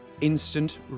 Instant